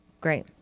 Great